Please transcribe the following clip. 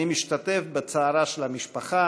אני משתתף בצערה של המשפחה.